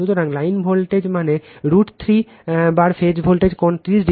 সুতরাং line voltage মানে √ 3 বার ফেজ ভোল্টেজ কোণ 30o